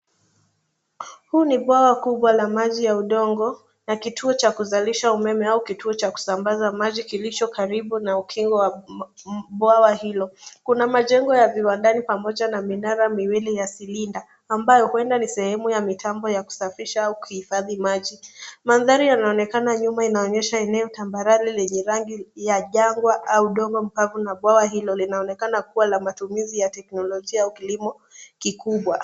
Huu ni bwawa kubwa la maji ya udongo na kituo cha kuzalisha umeme au kituo cha kusambaza maji kilicho karibu na ukingo wa bwawa hilo. Kuna majengo ya viwandani pamoja na minara miwili ya silinda ambayo huenda ni sehemu ya mitambo ya kusafisha au kuhifadhi maji. Mandhari yanaonekana nyumba inaonyesha eneo tambarare lenye rangi ya jangwa au udongo mkavu na bwawa hilo linaonekana kuwa la matumizi ya teknolojia au kilimo kikubwa.